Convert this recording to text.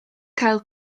gael